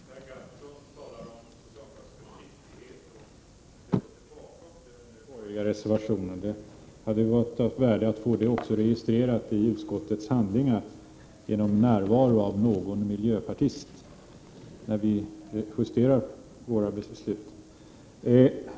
Fru talman! Per Gahrton talar om socialdemokratisk försiktighet och ställer sig bakom den borgerliga reservationen. Det hade varit av värde att få det registrerat i utskottets handlingar, genom att någon miljöpartist hade varit närvarande när vi justerade våra beslut.